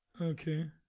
Okay